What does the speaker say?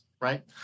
right